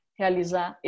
realizar